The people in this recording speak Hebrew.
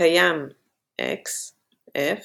∃ x F